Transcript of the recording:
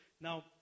Now